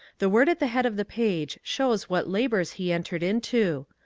the word at the head of the page shows what labors he entered into.